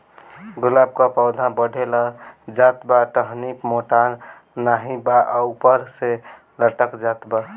गुलाब क पौधा बढ़ले जात बा टहनी मोटात नाहीं बा ऊपर से लटक जात बा?